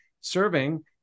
serving